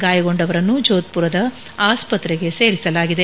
ಗಾಯಗೊಂಡವರನ್ನು ಜೋಧ್ಪುರದ ಆಸ್ಪತ್ರೆಗೆ ಸೇರಿಸಲಾಗಿದೆ